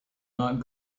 not